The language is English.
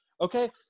okay